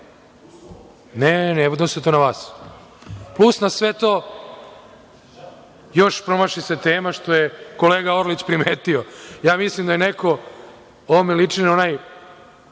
ne, ne odnosi se to na vas. Još plus na sve to promaši se tema, što je kolega Orlić primetio. Ja mislim da je neko, ovo mi liči na onaj